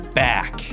back